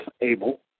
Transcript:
able